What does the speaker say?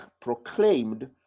proclaimed